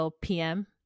pm